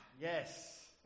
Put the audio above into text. Yes